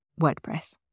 WordPress